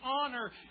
honor